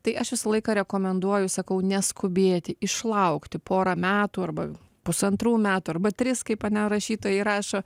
tai aš visą laiką rekomenduoju sakau neskubėti išlaukti porą metų arba pusantrų metų arba tris kaip ane rašytojai rašo